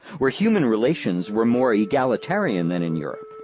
where human relations were more egalitarian than in europe,